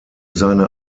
seine